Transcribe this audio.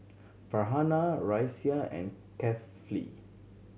Farhanah Raisya and Kefli